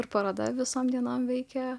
ir paroda visom dienom veikė